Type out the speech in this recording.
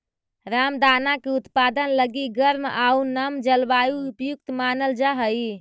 रामदाना के उत्पादन लगी गर्म आउ नम जलवायु उपयुक्त मानल जा हइ